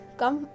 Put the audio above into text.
come